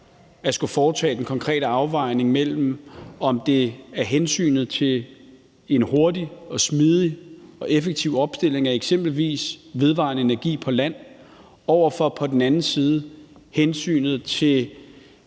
at skulle foretage den konkrete afvejning mellem hensynet til en hurtig, smidig og effektiv opstilling af eksempelvis vedvarende energi på land over for på den anden side hensynet til